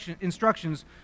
instructions